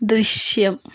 ദൃശ്യം